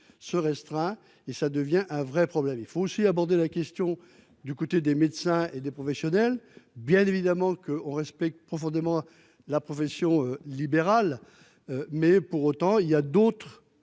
se restreint et ça devient un vrai problème, il faut aussi aborder la question du côté des médecins et des professionnels bien évidemment qu'on respecte profondément la profession libérale. Mais pour autant il y a d'autres